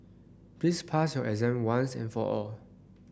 please pass your exam once and for all